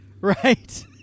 right